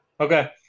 Okay